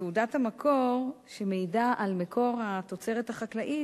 תעודת המקור מעידה על מקור התוצרת החקלאית,